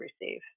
receive